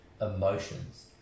emotions